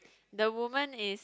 the woman is